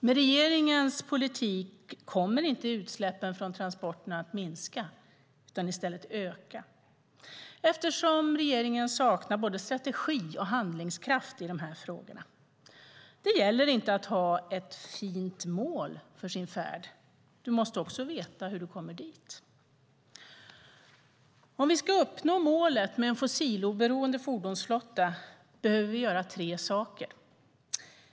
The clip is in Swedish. Med regeringens politik kommer inte utsläppen från transporterna att minska utan i stället öka, eftersom regeringen saknar både strategi och handlingskraft i de här frågorna. Det räcker inte ha ett fint mål för din färd; du måste också veta hur du kommer dit. Om vi ska uppnå målet med en fossiloberoende fordonsflotta behöver vi göra tre saker.